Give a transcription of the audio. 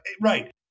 right